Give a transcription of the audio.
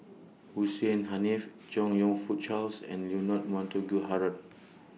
Hussein Haniff Chong YOU Fook Charles and Leonard Montague Harrod